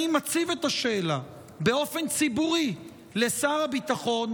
אני מציב את השאלה באופן ציבורי לשר הביטחון,